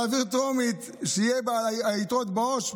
להעביר בטרומית שהיתרות בעו"ש,